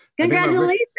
Congratulations